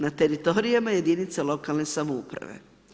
Na teritorijama jedinica lokalne samouprave.